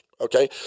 okay